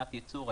שנת ייצור,